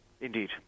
Indeed